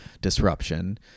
disruption